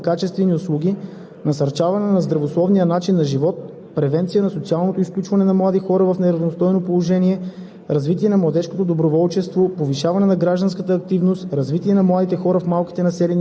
като значим социален капитал за развитието на страната, насърчаване на икономическата активност и кариерното развитие, подобряване на достъпа до информация и качествени услуги, насърчаване на здравословния начин на живот,